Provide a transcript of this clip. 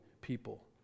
people